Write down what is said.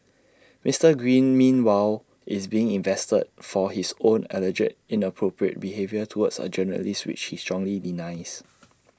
Mister green meanwhile is being investigated for his own alleged inappropriate behaviour towards A journalist which he strongly denies